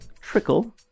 trickle